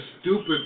stupid